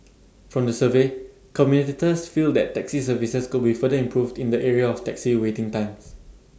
from the survey commuters feel that taxi services could be further improved in the area of taxi waiting times